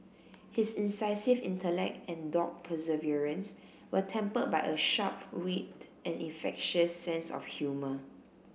his incisive intellect and dogged perseverance were tempered by a sharp wit and infectious sense of humour